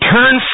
Turn